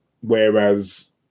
whereas